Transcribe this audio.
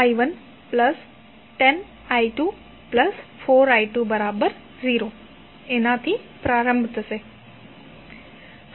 તે 206i110i24i20થી પ્રારંભ થશે